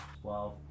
Twelve